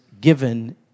given